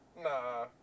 Nah